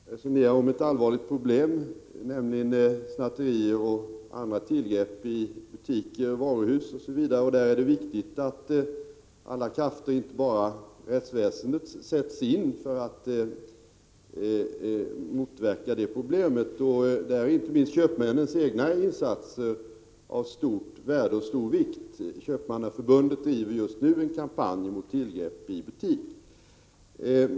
Herr talman! Vi resonerar nu om ett allvarligt problem, nämligen snatterier och andra tillgrepp i butiker, varuhus osv. Där är det viktigt att alla krafter, inte bara rättsväsendets, sätts in för att klara problemet. Inte minst köpmännens egna insatser är då av stort värde och stor vikt. Köpmannaförbundet driver just nu en kampanj mot tillgrepp i butik.